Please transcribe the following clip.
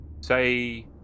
say